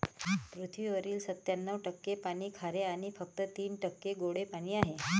पृथ्वीवरील सत्त्याण्णव टक्के पाणी खारे आणि फक्त तीन टक्के गोडे पाणी आहे